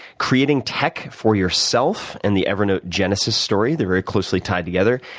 creating tech for yourself and the evernote genesis story, they're very closely tied together.